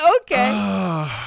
Okay